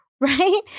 Right